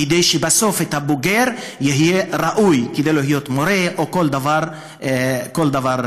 כדי שבסוף הבוגר יהיה ראוי להיות מורה או כל דבר אחר.